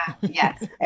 Yes